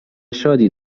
شادی